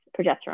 progesterone